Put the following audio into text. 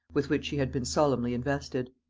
with which she had been solemnly invested.